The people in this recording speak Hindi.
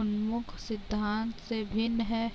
उन्मुख सिद्धांत से भिन्न है?